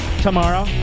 tomorrow